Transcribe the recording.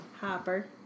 Hopper